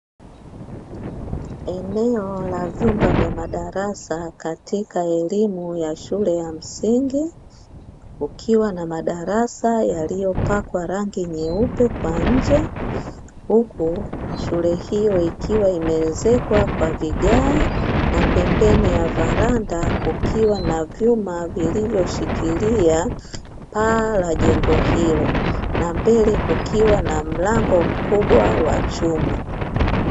Eneo la vyumba vya madarasa katika elimu ya shule ya msingi, kukiwa na madarasa yaliyopakwa rangi nyeupe kwa nje, huku shule hiyo ikiwa imeezekwa kwa vigae, na pembeni ya varanda kukiwa na vyuma vilivyoshikilia paa la jengo hilo, na mbele kukiwa na mlango mkubwa wa chuma.